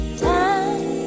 time